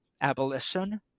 abolition